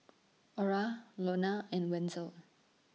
Ora Lonna and Wenzel